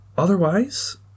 Otherwise